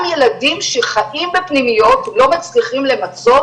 גם ילדים שחיים בפנימיות לא מצליחים למצות